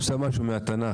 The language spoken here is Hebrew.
אפשר משהו מהתנ"ך.